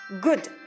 good